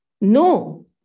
No